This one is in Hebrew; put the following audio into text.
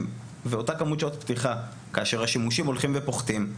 ואותה כמות שעות פתיחה כאשר השימושים הולכים ופוחתים,